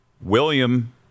William